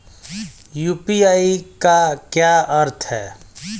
UPI का क्या अर्थ है?